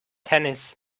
tennis